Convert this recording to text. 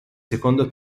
secondo